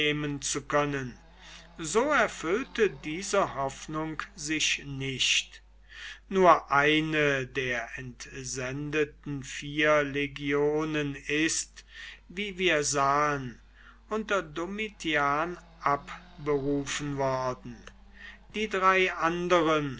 zu können so erfüllte diese hoffnung sich nicht nur eine der entsendeten vier legionen ist wie wir sahen unter domitian abberufen worden die drei anderen